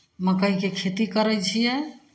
मक्कइके खेती करै छियै